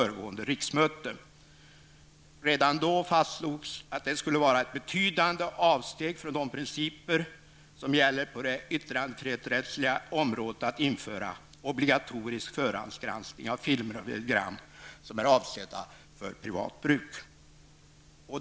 Redan då fastslogs det att det skulle vara ett betydande avsteg från de principer som gäller på det yttrandefrihetsrättsliga området om man införde obligatorisk förhandsgranskning av filmer och videogram som är avsedda för privat bruk.